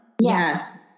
Yes